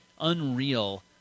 unreal